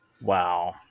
Wow